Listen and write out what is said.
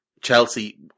Chelsea